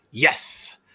Yes